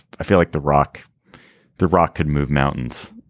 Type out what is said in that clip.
i feel like the rock the rock could move mountains.